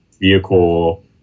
vehicle